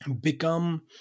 become